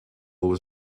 was